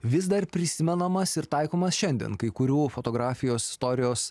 vis dar prisimenamas ir taikomas šiandien kai kurių fotografijos istorijos